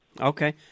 Okay